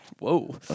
Whoa